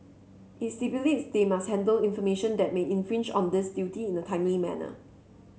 it stipulates they must handle information that may infringe on this duty in a timely manner